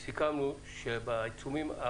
סיכמנו, שבעיצומים,